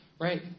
right